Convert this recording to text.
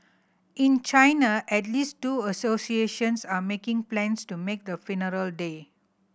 in China at least two associations are making plans to make the funeral day